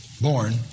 born